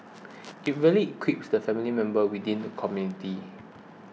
it really equips the family members within the community